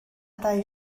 dau